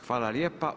Hvala lijepa.